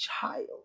child